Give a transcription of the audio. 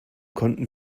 konnten